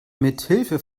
mithilfe